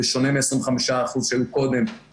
בשונה מ-25% שהיו קודם,